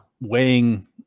weighing